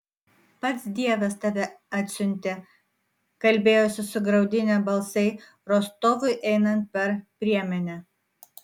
pats dievas tave atsiuntė kalbėjo susigraudinę balsai rostovui einant per priemenę